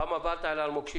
פעם הבאה על תעלה על מוקשים.